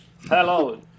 Hello